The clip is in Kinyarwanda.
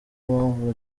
mpamvu